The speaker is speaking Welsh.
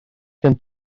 gen